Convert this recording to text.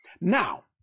Now